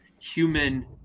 human